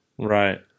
Right